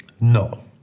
No